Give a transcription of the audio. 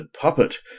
puppet